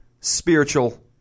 spiritual